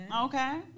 Okay